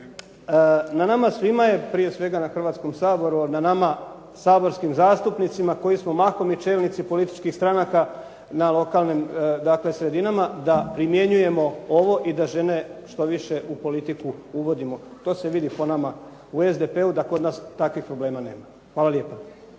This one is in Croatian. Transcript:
Na nama svima je, prije svega na Hrvatskom saboru ali na nama saborskim zastupnicima koji smo mahom i čelnici političkih stranaka na lokalnim sredinama da primjenjujemo ovo i da žene što više u politiku uvodimo. To se vidi po nama u SDP-u da kod nas takvih problema nema. Hvala lijepa.